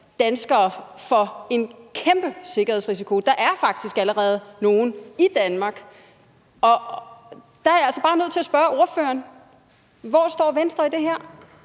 danskere for en kæmpe sikkerhedsrisiko. Der er faktisk allerede nogle i Danmark. Der er jeg altså bare nødt til at spørge ordføreren: Hvor står Venstre i det her?